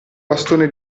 bastone